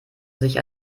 sich